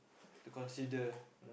to consider